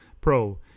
Pro